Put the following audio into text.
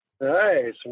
Nice